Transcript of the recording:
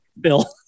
Bill